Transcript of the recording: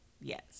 Yes